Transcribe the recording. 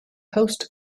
post